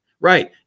Right